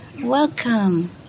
Welcome